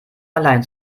allein